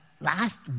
last